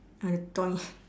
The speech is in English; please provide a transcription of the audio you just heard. on the toy